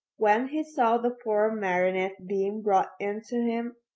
when he saw the poor marionette being brought in to him,